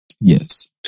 Yes